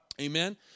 Amen